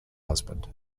husband